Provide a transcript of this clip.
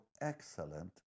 excellent